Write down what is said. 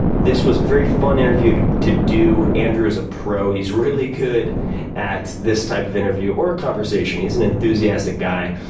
this was a very fun interview to do. andrew is a pro. he's really good at this type of interview or conversation. he's an enthusiastic guy,